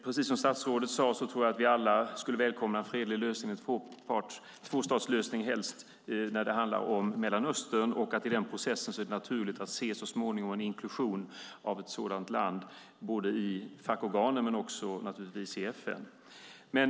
Precis som statsrådet sade tror jag att vi alla skulle välkomna en fredlig lösning, helst en tvåstatslösning, när det handlar om Mellanöstern. I den processen är det naturligt att så småningom se en inklusion av ett sådant land i fackorganen men naturligtvis också i FN.